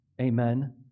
Amen